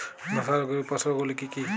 ধসা রোগের উপসর্গগুলি কি কি?